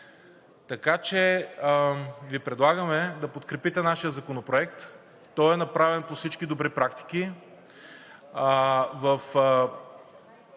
Така че Ви предлагаме да подкрепите нашия законопроект. Той е направен по всички добри практики.